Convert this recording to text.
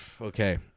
Okay